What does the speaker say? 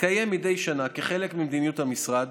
מתקיים מדי שנה כחלק ממדיניות המשרד,